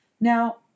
Now